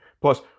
Plus